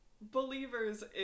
believers